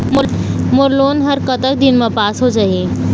मोर loan हा कतक दिन मा पास होथे जाही?